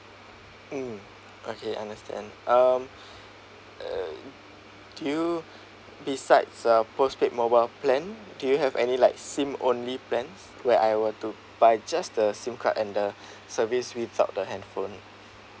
mm okay understand um uh do you besides a postpaid mobile plan do you have any like S_I_M only plans where I want to buy just the S_I_M card and the service without the hand phone